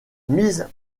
mise